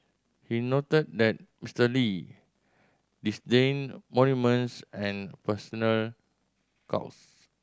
he noted that Mister Lee disdained monuments and personal cults